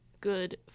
good